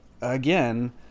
again